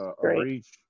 reach